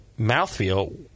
mouthfeel